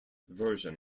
version